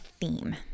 theme